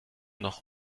noch